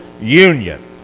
union